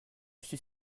suis